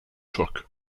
truck